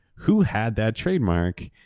who had that trademark?